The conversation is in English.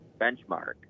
benchmark